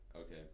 Okay